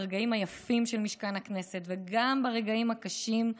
ברגעים היפים של משכן הכנסת וגם ברגעים הקשים,